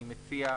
אני מציע,